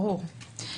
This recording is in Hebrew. ברור.